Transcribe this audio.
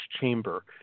Chamber